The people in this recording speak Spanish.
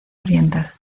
oriental